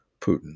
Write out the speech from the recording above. Putin